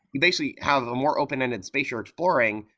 you basically have a more open-ended space you're exploring,